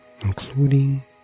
including